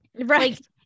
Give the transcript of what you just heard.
right